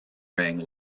rang